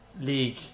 league